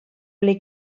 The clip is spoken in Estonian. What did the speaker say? oli